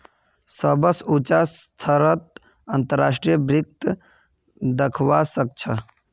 सबस उचा स्तरत अंतर्राष्ट्रीय वित्तक दखवा स ख छ